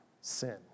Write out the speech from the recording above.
sin